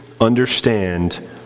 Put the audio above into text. understand